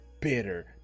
bitter